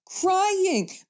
crying